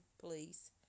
please